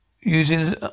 using